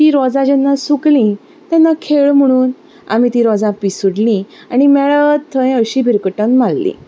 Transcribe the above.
तीं रोजां जेन्ना सुकलीं तेन्ना खेळ म्हणून आमी तीं रोजां पिसुडलीं आनी मेळत थंय अशीं भिरकुटावन मारलीं